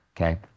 okay